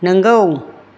नोंगौ